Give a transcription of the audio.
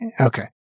Okay